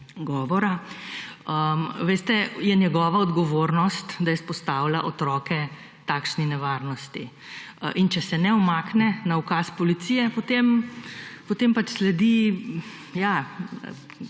govora, veste, je njegova odgovornost, da izpostavlja otroke takšni nevarnosti. In če se ne umakne na ukaz policije, potem, potem pač sledi, ja,